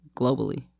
globally